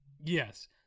Yes